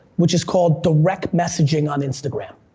which is called direct messaging on instagram.